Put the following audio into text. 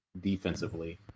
defensively